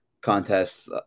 contests